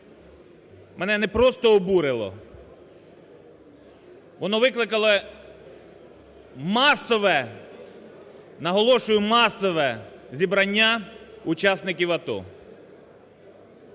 мене не просто обурило, воно викликало масове, наголошую, масове зібрання учасників АТО.